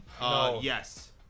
Yes